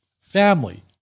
family